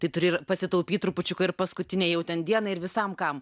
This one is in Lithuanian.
tai turi ir pasitaupyt trupučiuką ir paskutinei jau ten dienai ir visam kam